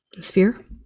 sphere